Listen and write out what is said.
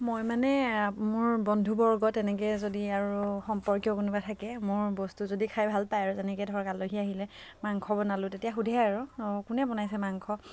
মই মানে মোৰ বন্ধুবৰ্গ তেনেকৈ যদি আৰু সম্পৰ্কীয় কোনোবা থাকে মোৰ বস্তু যদি খাই ভাল পায় আৰু তেনেকৈ ধৰক আলহী আহিলে মাংস বনালোঁ তেতিয়া সুধে আৰু অ কোনে বনাইছে মাংস